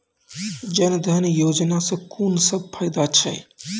जनधन योजना सॅ कून सब फायदा छै?